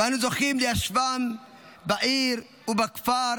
ואנו זוכים ליישבם בעיר ובכפר,